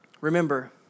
remember